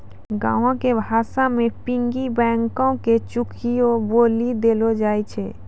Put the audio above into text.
गांवो के भाषा मे पिग्गी बैंको के चुकियो बोलि देलो जाय छै